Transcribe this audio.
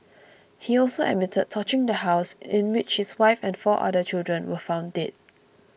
he also admitted torching the house in which his wife and four other children were found dead